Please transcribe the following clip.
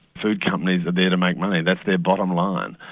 food companies are there to make money, that's their bottom line.